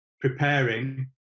preparing